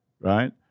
Right